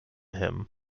him